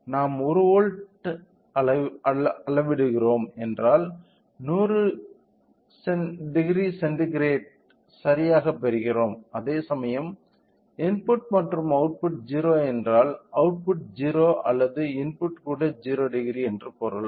நாம் 1 வோல்ட்டை அளவிடுகிறோம் என்றால் 100 சென்டிகிரேட் சரியாகப் பெறுகிறோம் அதேசமயம் இன்புட் மற்றும் அவுட்புட் 0 என்றால் அவுட்புட் 0 அல்லது இன்புட் கூட 00 என்று பொருள்